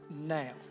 now